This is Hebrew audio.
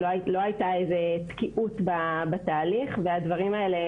לא הייתה איזה תקיעות בתהליך והדברים האלה